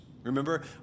Remember